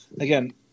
Again